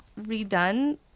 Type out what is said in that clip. redone